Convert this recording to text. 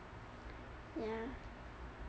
ya